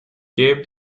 gave